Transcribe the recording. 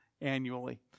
annually